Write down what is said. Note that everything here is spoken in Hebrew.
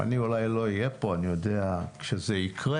אני אולי לא אהיה פה, אני יודע, זה יקרה,